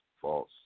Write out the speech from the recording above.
false